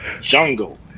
jungle